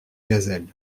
gazelles